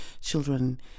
children